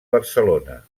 barcelona